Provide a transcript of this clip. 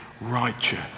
righteous